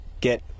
get